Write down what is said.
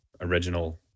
original